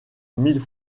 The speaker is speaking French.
mille